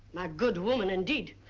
my good woman indeed.